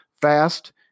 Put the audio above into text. fast